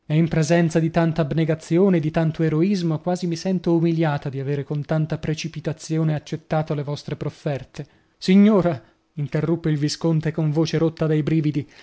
in presenza di tanta abnegazione di tanto eroismo quasi mi sento umiliata di avere con tanta precipitazione accettato le vostre profferte signora interruppe il visconte con voce rotta dai brividi